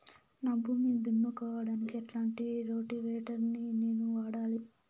నా భూమి దున్నుకోవడానికి ఎట్లాంటి రోటివేటర్ ని నేను వాడాలి?